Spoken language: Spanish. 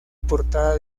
portada